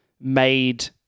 made